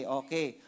okay